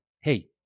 hey